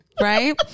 Right